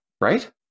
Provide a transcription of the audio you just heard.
Right